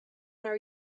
are